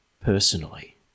personally